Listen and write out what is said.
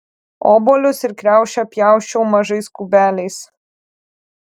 obuolius ir kriaušę pjausčiau mažais kubeliais